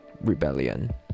rebellion